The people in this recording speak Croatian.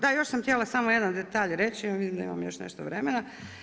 Da, još sam htjela samo jedan detalj reći, vidim da imam još nešto vremena.